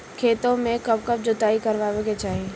खेतो में कब कब जुताई करावे के चाहि?